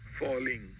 falling